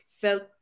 felt